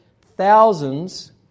thousands